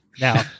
Now